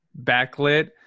backlit